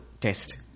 test